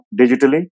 digitally